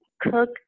cook